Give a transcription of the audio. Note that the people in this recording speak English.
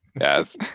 Yes